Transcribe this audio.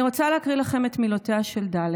אני רוצה להקריא לכם את מילותיה של ד',